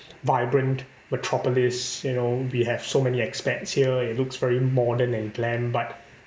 vibrant metropolis you know we have so many expats here it looks very modern and glam but